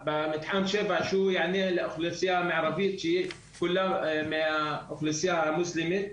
מתחם שבע הוא יענה לאוכלוסייה המערבית שהיא כולה מהדת המוסלמית.